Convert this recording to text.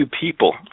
people